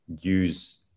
use